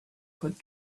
could